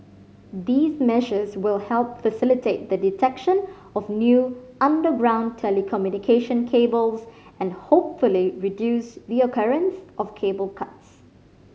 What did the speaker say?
these measures will help facilitate the detection of new underground telecommunication cables and hopefully reduce the occurrence of cable cuts